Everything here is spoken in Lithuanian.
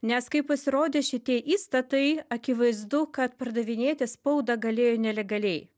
nes kai pasirodė šitie įstatai akivaizdu kad pardavinėti spaudą galėjo nelegaliai